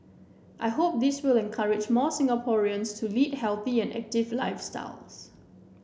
I hope this will encourage more Singaporeans to lead healthy and active lifestyles